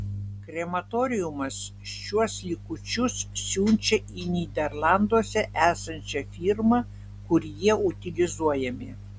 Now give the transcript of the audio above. krematoriumas šiuos likučius siunčia į nyderlanduose esančią firmą kur jie utilizuojami